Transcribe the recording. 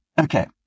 Okay